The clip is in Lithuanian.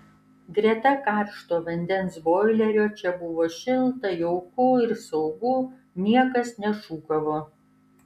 greta karšto vandens boilerio čia buvo šilta jauku ir saugu niekas nešūkavo